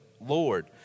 Lord